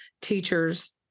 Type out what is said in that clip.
teachers